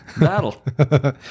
battle